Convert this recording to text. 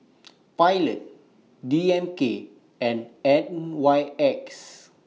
Pilot D M K and N Y X